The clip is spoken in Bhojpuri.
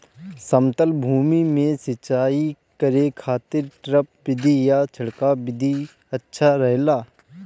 समतल भूमि में सिंचाई करे खातिर ड्रिप विधि या छिड़काव विधि अच्छा रहेला?